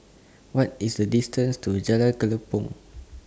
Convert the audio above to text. What IS The distance to Jalan Kelempong